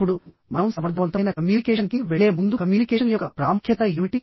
ఇప్పుడు మనం సమర్థవంతమైన కమ్యూనికేషన్కి వెళ్లే ముందు కమ్యూనికేషన్ యొక్క ప్రాముఖ్యత ఏమిటి